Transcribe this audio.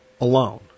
alone